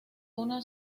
una